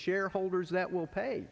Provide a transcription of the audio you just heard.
shareholders that will pay